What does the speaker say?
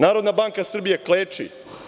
Narodna banka Srbije kleči.